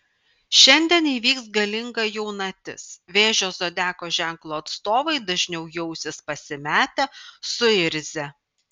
šiandien įvyks galinga jaunatis vėžio zodiako ženklo atstovai dažniau jausis pasimetę suirzę